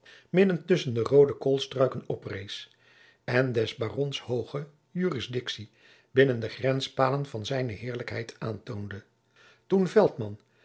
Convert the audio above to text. midden tusschen de roode koolstruiken oprees en des barons hooge jurisdictie binnen de grenspalen van zijne heerlijkheid aantoonde toen veltman